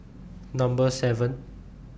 Number seven